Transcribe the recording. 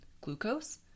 Glucose